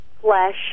flesh